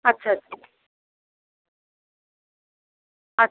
আচ্ছা আচ্ছা আচ্ছা